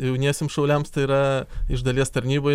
jauniesiem šauliams tai yra iš dalies tarnyba